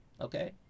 Okay